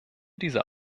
dieser